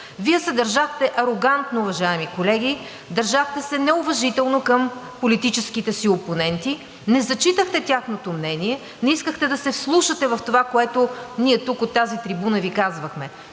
Вие се държахте арогантно, уважаеми колеги, държахте се неуважително към политическите си опоненти, не зачитахте тяхното мнение, не искахте да се вслушате в това, което ние тук от тази трибуна Ви казвахме.